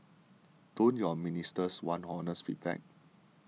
don't your ministers want honest feedback